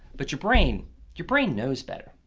but your brain your brain knows better.